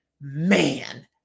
man